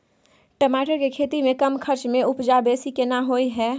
टमाटर के खेती में कम खर्च में उपजा बेसी केना होय है?